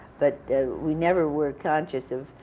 but we never were conscious of.